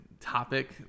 topic